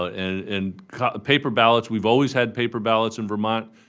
and and paper ballots, we've always had paper ballots in vermont.